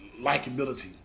likability